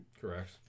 correct